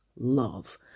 love